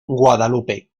guadalupe